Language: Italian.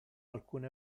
alcune